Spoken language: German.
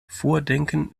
vordenken